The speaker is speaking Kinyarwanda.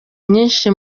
nyinshi